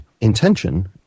intention